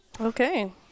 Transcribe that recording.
Okay